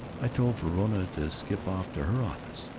i told verona to skip off to her office.